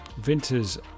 Vinters